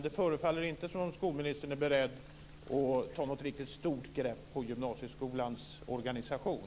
Det förefaller inte som om skolministern är beredd att ta något riktigt stort grepp på gymnasieskolans organisation.